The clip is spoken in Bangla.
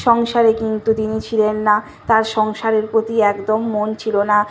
সংসারে কিন্তু তিনি ছিলেন না তার সংসারের প্রতি একদম মন ছিল না